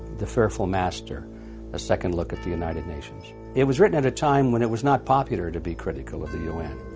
the fearful master a second look at the united nations. it was written at a time when it was not popular to be critical of the un.